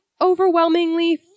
overwhelmingly